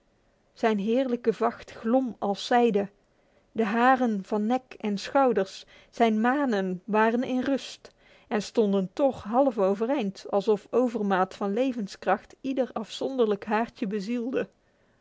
zijn heerlijke vacht glom als zijde de haren van nek en schouders zijn manen waren in rust en stonden toch half overeind alsof overmaat van levenskracht ieder afzonderlijk haartje bezielde